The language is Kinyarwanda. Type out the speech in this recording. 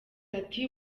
ati